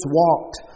walked